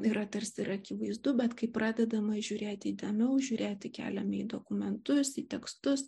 yra tarsi ir akivaizdu bet kai pradedama žiūrėti įdėmiau žiūrėti keliame į dokumentus į tekstus